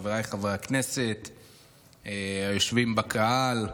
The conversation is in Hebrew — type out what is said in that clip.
חבריי חברי הכנסת, היושבים בקהל,